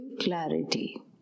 clarity